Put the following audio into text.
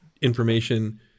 information